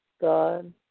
God